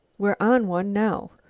we're on one now.